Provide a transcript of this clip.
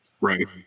right